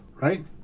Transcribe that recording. right